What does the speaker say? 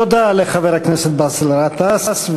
תודה לחבר הכנסת באסל גטאס.